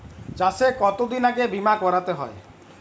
চাষে কতদিন আগে বিমা করাতে হয়?